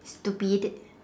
stupid